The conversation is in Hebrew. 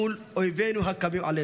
מול אויבנו הקמים עלינו.